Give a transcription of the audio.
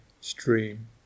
stream